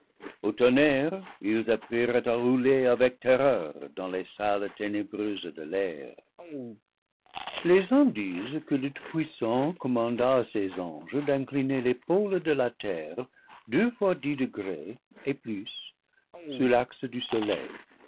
au tonnerre ils apprirent à rouler avec terreur dans les salles ténébreuses de l'air les uns disent que le tout-puissant commanda à ses anges d'incliner les pôles de la terre deux fois dix degrés et plus sur l'axe du soleil